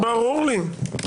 ברור לי.